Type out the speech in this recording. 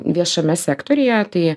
viešame sektoriuje tai